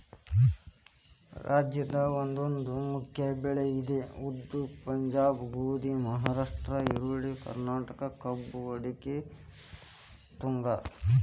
ರಾಜ್ಯದ ಒಂದೊಂದು ಮುಖ್ಯ ಬೆಳೆ ಇದೆ ಉದಾ ಪಂಜಾಬ್ ಗೋಧಿ, ಮಹಾರಾಷ್ಟ್ರ ಈರುಳ್ಳಿ, ಕರ್ನಾಟಕ ಕಬ್ಬು ಅಡಿಕೆ ತೆಂಗು